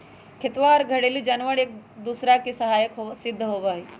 खेतवा और घरेलू जानवार एक दूसरा के सहायक सिद्ध होबा हई